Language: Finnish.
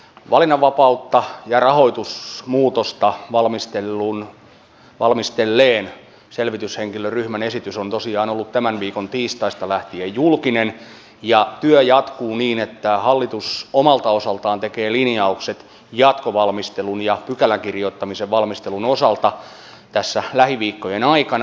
valinnanvapautta ja rahoitusmuutosta valmistelleen selvityshenkilöryhmän esitys on tosiaan ollut tämän viikon tiistaista lähtien julkinen ja työ jatkuu niin että hallitus omalta osaltaan tekee linjaukset jatkovalmistelun ja pykälän kirjoittamisen valmistelun osalta tässä lähiviikkojen aikana